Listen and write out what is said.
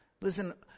Listen